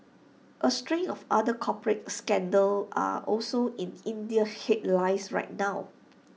A string of other corporate scandals are also in Indian headlines right now